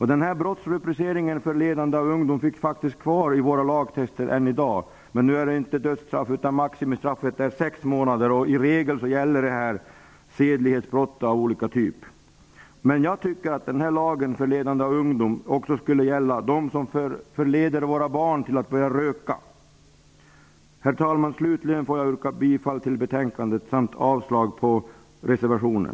Denna brottsrubricering, förledande av ungdom, finns faktiskt kvar i våra lagtexter än i dag. Men nu är inte straffet döden, utan maxstraffet är sex månaders fängelse. I regel gäller det då sedlighetsbrott av olika slag. Jag tycker att brottsrubriceringen förledande av ungdom skulle gälla också dem som förleder våra barn till att börja röka. Herr talman! Jag yrkar bifall till utskottets hemställan samt avslag på reservationen.